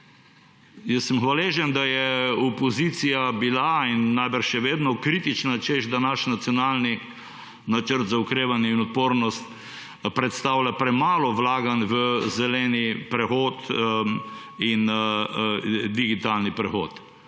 prehod. Hvaležen sem, da je opozicija bila in je najbrž še vedno kritična, češ da naš Nacionalni načrt za okrevanje in odpornost predstavlja premalo vlaganj v zeleni prehod in digitalni prehod,